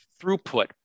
throughput